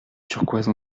turquoise